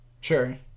Sure